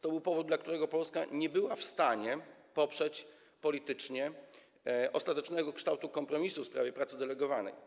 To był powód, dla którego Polska nie była w stanie poprzeć politycznie ostatecznego kształtu kompromisu w sprawie pracy delegowanej.